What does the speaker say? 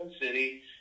city